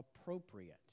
appropriate